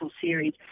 series